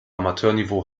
amateurniveau